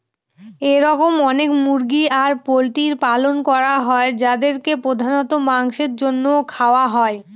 এরকম অনেক মুরগি আর পোল্ট্রির পালন করা হয় যাদেরকে প্রধানত মাংসের জন্য খাওয়া হয়